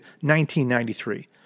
1993